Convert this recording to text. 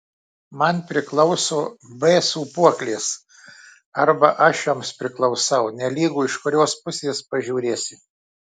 man priklauso b sūpuoklės arba aš joms priklausau nelygu iš kurios pusės pažiūrėsi